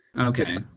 Okay